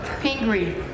Pingree